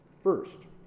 first